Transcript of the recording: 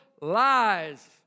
lies